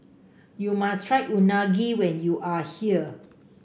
you must try Unagi when you are here